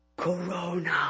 Corona